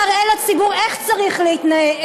בואו נראה לציבור איך צריך להתנהג,